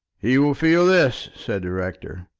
he will feel this, said the rector.